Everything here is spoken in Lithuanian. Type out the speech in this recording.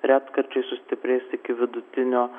retkarčiais sustiprės iki vidutinio